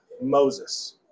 moses